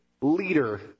leader